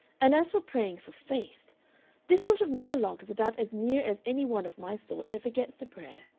and as for praying for faith this sort of monologue is about as near as any one of my sort ever gets to prayer.